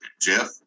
Jeff